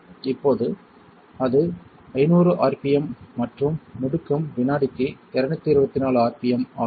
இப்போது அது 500 ஆர்பிஎம் மற்றும் முடுக்கம் வினாடிக்கு 224 ஆர்பிஎம் ஆகும்